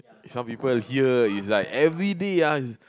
some people here is like everyday ah